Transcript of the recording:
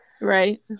right